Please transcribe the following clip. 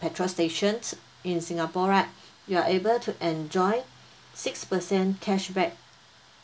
petrol stations in singapore right you're able to enjoy six percent cashback